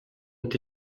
ont